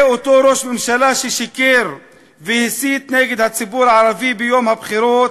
זה אותו ראש ממשלה ששיקר והסית נגד הציבור הערבי ביום הבחירות,